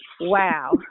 Wow